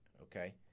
okay